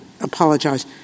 apologize